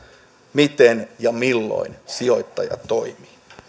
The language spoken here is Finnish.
miten ja milloin sijoittaja toimii